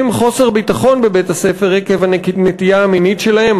חוסר ביטחון בבית-הספר עקב הנטייה המינית שלהם,